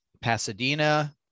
Pasadena